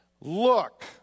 Look